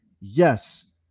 yes